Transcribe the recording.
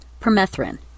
permethrin